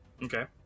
Okay